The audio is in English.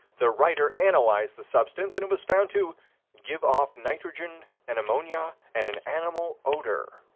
the writer analyzed the substance, and it was found to give off nitrogen and ammonia and an animal odor.